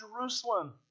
Jerusalem